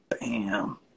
Bam